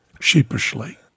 sheepishly